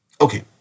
okay